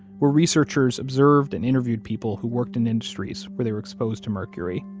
where researchers observed and interviewed people who worked in industries where they were exposed to mercury.